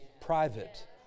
private